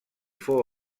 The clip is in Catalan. fou